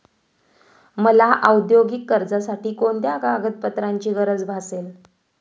मला औद्योगिक कर्जासाठी कोणत्या कागदपत्रांची गरज भासेल?